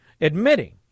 admitting